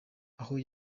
aho